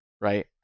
right